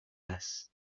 less